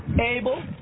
Abel